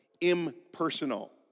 impersonal